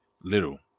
little